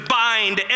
bind